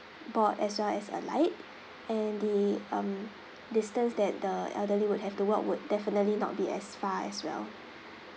board as well as alight and the um distance that the elderly would have to walk would definitely not be as far as well